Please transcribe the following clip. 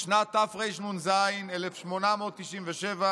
בשנת תרנ"ז (1897)